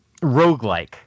Roguelike